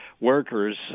workers